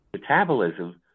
metabolism